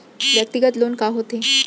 व्यक्तिगत लोन का होथे?